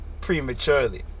prematurely